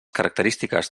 característiques